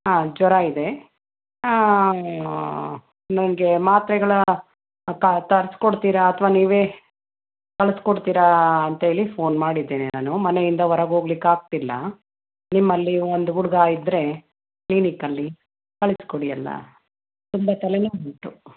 ಹಾಂ ಜ್ವರ ಇದೆ ನನಗೆ ಮಾತ್ರೆಗಳ ತರ್ಸ್ಕೊಡ್ತೀರಾ ಅಥವಾ ನೀವೇ ಕಳಿಸ್ಕೊಡ್ತೀರಾ ಅಂತ ಹೇಳಿ ಫೋನ್ ಮಾಡಿದ್ದೇನೆ ನಾನು ಮನೆಯಿಂದ ಹೊರಗೋಗ್ಲಿಕ್ಕಾಗ್ತಿಲ್ಲ ನಿಮ್ಮಲ್ಲಿ ಒಂದು ಹುಡುಗ ಇದ್ದರೆ ಕ್ಲೀನಿಕ್ಕಲ್ಲಿ ಕಳಿಸ್ಕೊಡಿ ಅಲ್ಲ ತುಂಬ ತಲೆನೋವುಂಟು